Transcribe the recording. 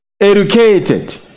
educated